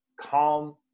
calm